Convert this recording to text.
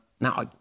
Now